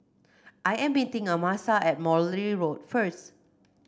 I am meeting Amasa at Morley Road first